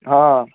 ହଁ